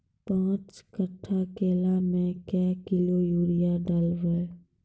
पाँच कट्ठा केला मे क्या किलोग्राम यूरिया डलवा?